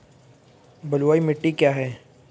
बलुई मिट्टी क्या है?